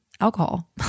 alcohol